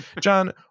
john